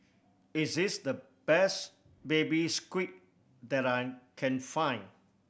is this the best Baby Squid that I can find